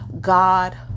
God